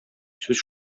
сүз